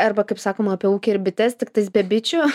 arba kaip sakoma apie ūkį ir bites tiktais be bičių